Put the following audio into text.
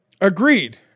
Agreed